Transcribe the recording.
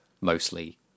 mostly